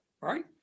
Right